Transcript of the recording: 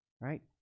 right